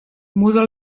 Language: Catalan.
muda